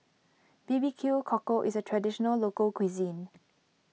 B B Q Cockle is a Traditional Local Cuisine